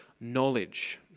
knowledge